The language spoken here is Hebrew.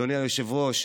אדוני היושב-ראש,